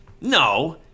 no